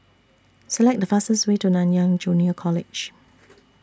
Select The fastest Way to Nanyang Junior College